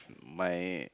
my